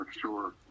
sure